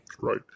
Right